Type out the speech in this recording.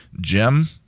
Jim